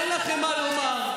אין לכם מה לומר,